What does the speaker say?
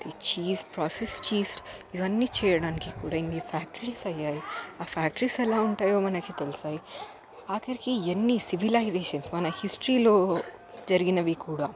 cheese process cheese ఇవన్నీ చేయడానికి కూడా ఇన్ని ఫ్యాక్టరీస్ అయ్యాయి ఆ ఫ్యాక్టరీస్ ఎలా ఉంటాయో మనకు తెలిసాయి ఆఖరికి ఎన్ని సివిలైజేషన్స్ మన హిస్టరీలో జరిగినవి కూడా